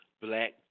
Black